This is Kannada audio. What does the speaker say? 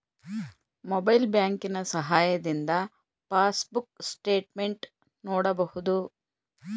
ಮೊಬೈಲ್ ಬ್ಯಾಂಕಿನ ಸಹಾಯದಿಂದ ಪಾಸ್ಬುಕ್ ಸ್ಟೇಟ್ಮೆಂಟ್ ನೋಡಬಹುದು